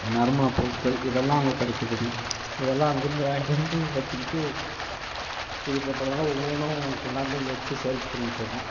நறுமண பொருட்கள் இதெல்லாம் அங்கே கிடைக்கிதுங்க இதெல்லாம் அங்கேருந்து வாங்கிட்டு வந்து வச்சுக்கிட்டு இது பண்றதுனால் ஒவ்வொன்றும் கொண்டாந்து இங்கே வச்சு சேல்ஸ் பண்ணிக்கிட்டிருக்கோம்